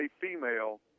female